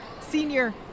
senior